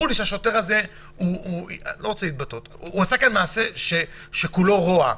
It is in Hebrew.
השוטר הזה עשה כאן מעשה שכולו רוע.